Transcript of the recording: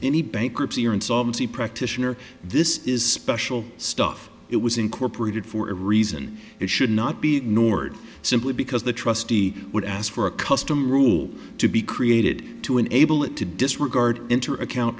any bankruptcy or insolvency practitioner this is special stuff it was incorporated for a reason it should not be ignored simply because the trustee would ask for a custom rule to be created to enable it to disregard enter account